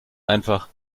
einfach